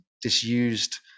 Disused